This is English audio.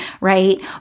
right